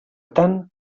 tant